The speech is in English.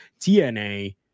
TNA